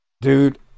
Dude